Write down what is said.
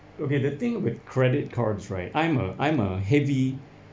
okay the thing with credit cards right I'm a I'm a heavy